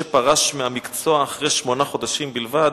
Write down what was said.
שפרש מהמקצוע אחרי שמונה חודשים בלבד,